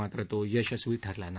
मात्र तो यशस्वी ठरला नाही